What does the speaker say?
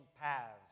paths